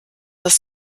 dass